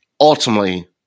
ultimately